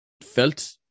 felt